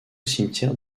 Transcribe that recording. cimetière